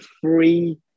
free